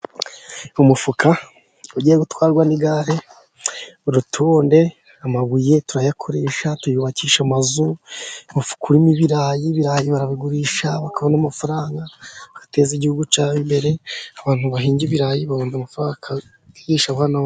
Umufuka ugiye gutwarwa n'igare, urutonde, amabuye turayakoresha, tuyubakisha amazu, ibirayi, ibirayi barabigurisha bakabona amafaranga ateza igihugu cyacu imbere, abantu bahinga ibirayi babona amafaranga, bakigisha abana ba bo.